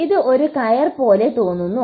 ഇത് ഒരു കയർ പോലെ തോന്നുന്നു